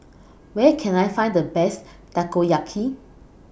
Where Can I Find The Best Takoyaki